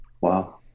wow